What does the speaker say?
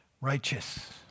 Righteous